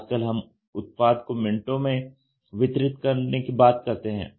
आजकल हम उत्पाद को मिनटों में वितरित करने की बात करते हैं